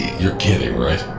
you're kidding right?